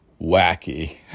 wacky